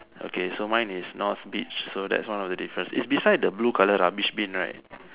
okay so mine is North beach so that's one of the difference its beside the blue color rubbish bin right